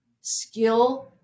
skill